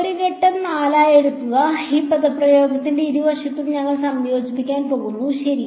ഒരു ഘട്ടം 4 ആയി എടുക്കുന്നു ഈ പദപ്രയോഗത്തിന്റെ ഇരുവശത്തും ഞങ്ങൾ സംയോജിപ്പിക്കാൻ പോകുന്നു ശരി